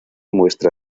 muestra